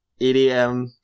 EDM